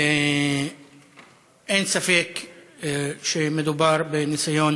אין ספק שמדובר בניסיון